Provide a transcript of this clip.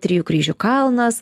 trijų kryžių kalnas